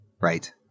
Right